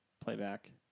playback